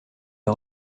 les